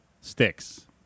sticks